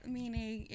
meaning